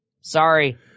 Sorry